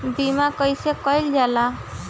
बीमा कइसे कइल जाला?